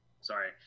Sorry